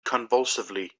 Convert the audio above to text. convulsively